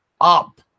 up